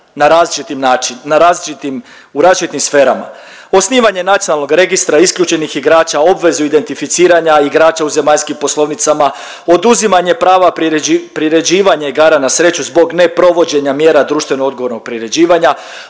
u različitim sferama. Osnivanje nacionalnog registra isključenih igrača, obvezu identificiranja igrača u zemaljskim poslovnicama, oduzimanje prava priređivanja igara na sreću zbog neprovođenja mjera društveno odgovornog priređivanja,